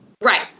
Right